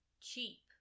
cheap